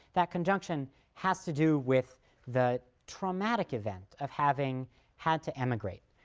that conjunction has to do with the traumatic event of having had to emigrate,